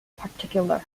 particular